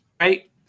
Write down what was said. right